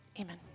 amen